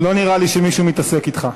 לא נראה לי שמישהו מתעסק אתך.